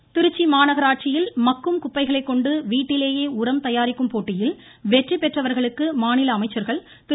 நடராஜன் திருச்சி மாநகராட்சியில் மக்கும் குப்பைகளைக்கொண்டு வீட்டிலேயே உரம் தயாரிக்கும் போட்டியில் வெற்றி பெற்றவர்களுக்கு மாநில அமைச்சர்கள் திரு